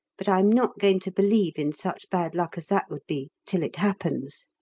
but i'm not going to believe in such bad luck as that would be till it happens.